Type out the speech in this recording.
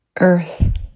Earth